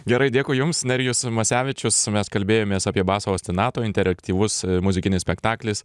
gerai dėkui jums nerijus masevičius mes kalbėjomės apie baso ostinato interaktyvus muzikinis spektaklis